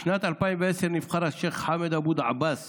בשנת 2010 נבחר השייח' חמאד אבו דעאבס